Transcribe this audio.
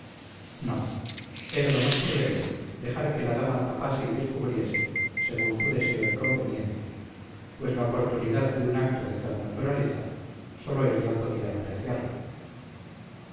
no era lo más prudente dejar que la dama tapase y descubriese según su deseo y conveniencia pues la oportunidad de un acto de tal naturaleza sólo ella podía apreciarla